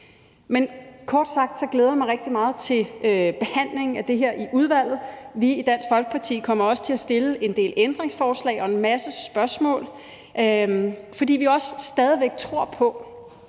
Men kort sagt glæder jeg mig rigtig meget til behandlingen af det her i udvalget. Vi i Dansk Folkeparti kommer til at stille en del ændringsforslag og en masse spørgsmål, fordi vi også stadig væk tror på,